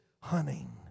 hunting